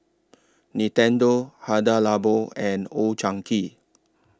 Nintendo Hada Labo and Old Chang Kee